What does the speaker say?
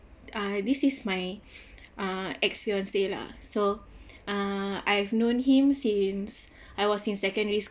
uh this is my uh ex fiance lah so uh I've known him since I was in secondary